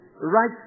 right